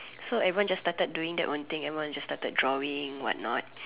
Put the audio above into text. so everyone just started doing their own thing everyone just started drawing whatnot